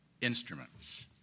instruments